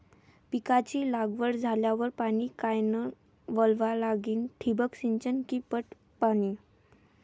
पिकाची लागवड झाल्यावर पाणी कायनं वळवा लागीन? ठिबक सिंचन की पट पाणी?